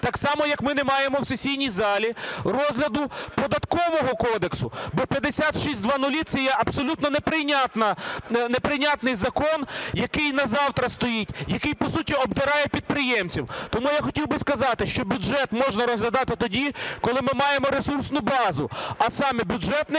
Так само, як ми не маємо в сесійній залі розгляду Податкового кодексу, бо 5600 – це є абсолютно неприйнятний закон, який на завтра стоїть, який по суті обдирає підприємців. Тому я хотів би сказати, що бюджет можна розглядати тоді, коли ми маємо ресурсну базу, а саме Бюджетний